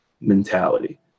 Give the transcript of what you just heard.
mentality